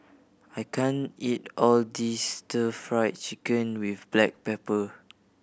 I can't eat all this Stir Fried Chicken with black pepper